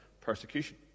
Persecution